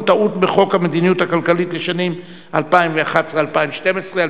טעות בחוק המדיניות הכלכלית לשנים 2011 2012 (תיקוני חקיקה),